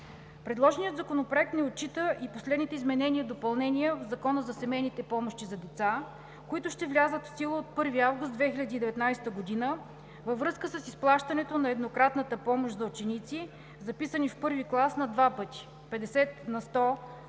Предложеният законопроект не отчита и последните изменения и допълнения в Закона за семейните помощи за деца, които ще влязат в сила от 1 август 2019 г. във връзка с изплащането на еднократната помощ за ученици, записани в I клас, на два пъти: 50 на сто